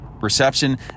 reception